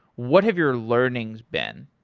what have your learning's been?